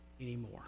anymore